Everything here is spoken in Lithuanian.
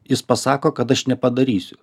jis pasako kad aš nepadarysiu